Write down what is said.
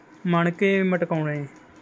ਮਣਕੇ ਮਟਕਾਉਣੇ